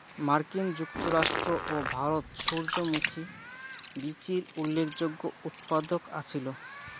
মার্কিন যুক্তরাষ্ট্র ও ভারত সূর্যমুখী বীচির উল্লেখযোগ্য উৎপাদক আছিল